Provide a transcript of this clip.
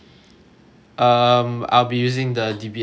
um I'll be using the D_B_S credit card